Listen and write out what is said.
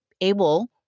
able